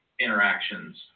interactions